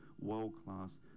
world-class